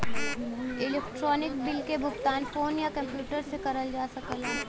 electronic bill क भुगतान phone या कम्प्यूटर से करल जा सकला